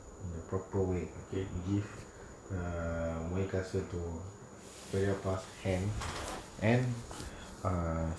in a proper way okay if err moi kaasu kaasu to periyappa hand and err